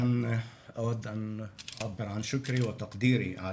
ראשית כל ברצוני להביע את תודתי והערכתי על